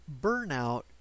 burnout